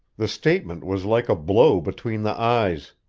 the statement was like a blow between the eyes.